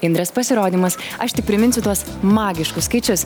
indrės pasirodymas aš tik priminsiu tuos magiškus skaičius